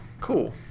cool